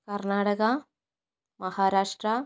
Karnataka Maharashtra